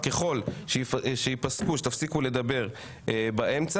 אך ככל שייפסקו שתפסיקו לדבר באמצע,